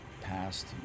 ...past